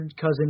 Cousin